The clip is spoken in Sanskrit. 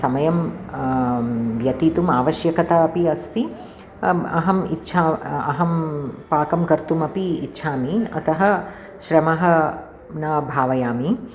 समयं व्यथितुम् आवश्यकता अपि अस्ति अहम् अहम् इच्छा अहं पाकं कर्तुमपि इच्छामि अतः श्रमः न भावयामि